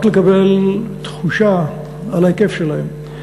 רק לקבל תחושה על ההיקף שלהם,